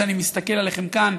שאני מסתכל עליכם כאן,